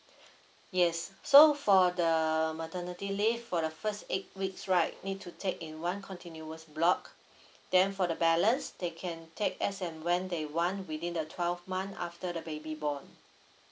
yes so for the maternity leave for the first eight weeks right need to take in one continuous block then for the balance they can take as and when they want within the twelve month after the baby born